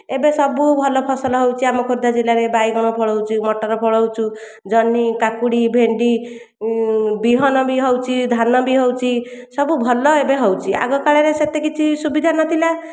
ଏବେ ସବୁ ଭଲ ଫସଲ ହେଉଛି ଆମ ଖୋର୍ଦ୍ଧା ଜିଲ୍ଲାରେ ବାଇଗଣ ଫଳାଉଛୁ ମଟର ଫଳାଉଛୁ ଜହ୍ନି କାକୁଡ଼ି ଭେଣ୍ଡି ବିହନ ବି ହେଉଛି ଧାନ ବି ହେଉଛି ସବୁ ଭଲ ଏବେ ହେଉଛି ଆଗକାଳରେ ସେତେକିଛି ସୁବିଧା ନଥିଲା